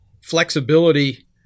flexibility